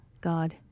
God